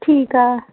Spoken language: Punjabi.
ਠੀਕ ਆ